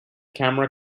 camera